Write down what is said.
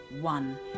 One